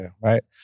right